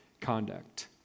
conduct